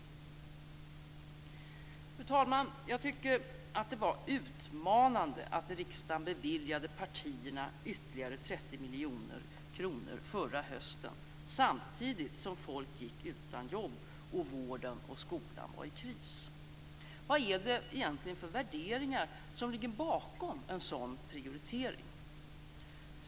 Fru talman! Jag tycker att det var utmanande att riksdagen beviljade partierna ytterligare 30 miljoner kronor förra hösten samtidigt som folk gick utan jobb och vården och skolan var i kris. Vad är det egentligen för värderingar som ligger bakom en sådan prioritering?